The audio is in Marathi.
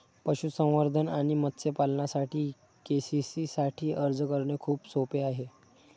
पशुसंवर्धन आणि मत्स्य पालनासाठी के.सी.सी साठी अर्ज करणे खूप सोपे आहे